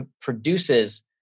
produces